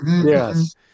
Yes